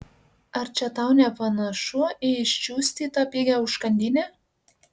ar čia tau nepanašu į iščiustytą pigią užkandinę